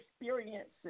experiences